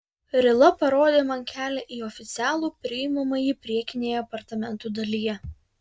rila parodė man kelią į oficialų priimamąjį priekinėje apartamentų dalyje